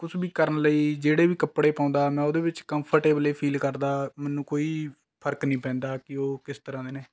ਕੁਛ ਵੀ ਕਰਨ ਲਈ ਜਿਹੜੇ ਵੀ ਕੱਪੜੇ ਪਾਉਂਦਾ ਮੈਂ ਉਹਦੇ ਵਿੱਚ ਕੰਫਰਟੇਬਲ ਏ ਫੀਲ ਕਰਦਾ ਮੈਨੂੰ ਕੋਈ ਫ਼ਰਕ ਨਹੀਂ ਪੈਂਦਾ ਕਿ ਉਹ ਕਿਸ ਤਰ੍ਹਾਂ ਦੇ ਨੇ